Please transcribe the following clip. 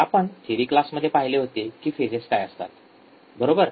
आपण थेरी क्लासमध्ये पाहिले होते कि फेजेस काय असतात बरोबर